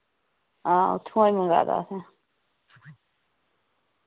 आं उत्थुआं मंगवा दा असें